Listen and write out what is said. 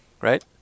right